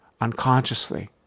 Unconsciously